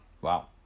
Wow